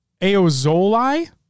Aozoli